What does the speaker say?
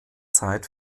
zeit